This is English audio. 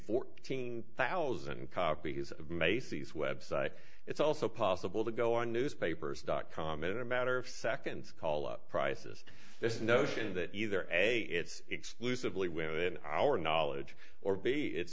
fourteen thousand copies of macy's website it's also possible to go on newspapers dot com in a matter of seconds call up prices the notion that either a it's exclusively when our knowledge or b i